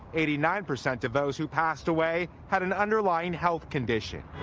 eighty nine percent of those who passed away had an underlying health condition.